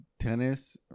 Tennis